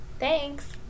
Thanks